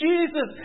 Jesus